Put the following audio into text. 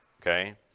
Okay